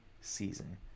season